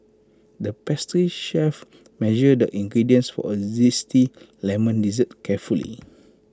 the pastry chef measured the ingredients for A Zesty Lemon Dessert carefully